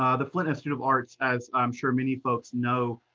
um the flint institute of arts, as i'm sure many folks know,